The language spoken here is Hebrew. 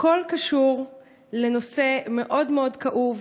הכול קשור לנושא מאוד מאוד כאוב,